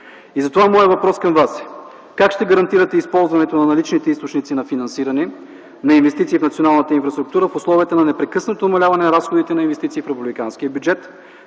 Затова моят въпрос към Вас е: как ще гарантирате използването на наличните източници на финансиране, на инвестиции в националната инфраструктура в условията на непрекъснато намаляване на разходите на инвестиции в републиканския бюджет?